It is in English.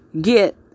get